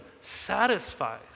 satisfies